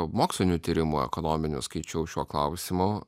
mokslinių tyrimų ekonominių skaičiau šiuo klausimu